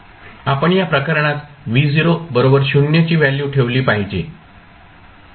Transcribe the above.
आपण या प्रकरणात V0 0 ची व्हॅल्यू ठेवली पाहिजे